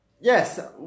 yes